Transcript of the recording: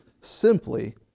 simply